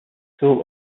school